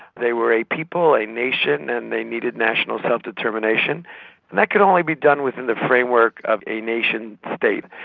they were a people, a nation, and they needed national self-determination. and that could only be done within the framework of a nation state.